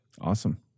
Awesome